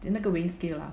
then 那个 weighing scale lah